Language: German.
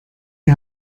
die